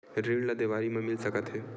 ऋण ला देवारी मा मिल सकत हे